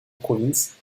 province